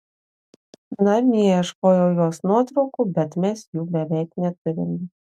namie ieškojau jos nuotraukų bet mes jų beveik neturime